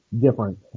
different